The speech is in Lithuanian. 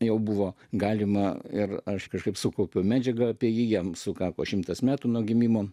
jau buvo galima ir aš kažkaip sukaupiau medžiagą apie jį jam sukako šimtas metų nuo gimimo